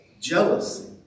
jealousy